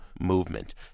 movement